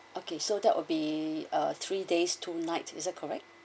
okay so that would be uh three days two night is it correct